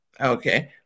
okay